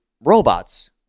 robots